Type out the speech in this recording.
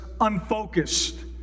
unfocused